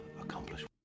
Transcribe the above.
accomplish